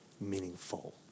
meaningful